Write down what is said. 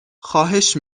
خواهش